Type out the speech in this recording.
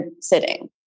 sitting